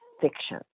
fiction